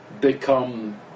become